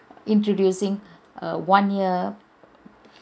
introducing a one year